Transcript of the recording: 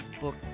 book